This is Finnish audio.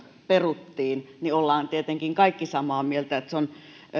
peruttiin olemme tietenkin kaikki samaa mieltä se on